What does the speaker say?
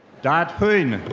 dat huynh.